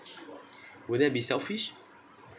will that be selfish